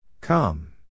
Come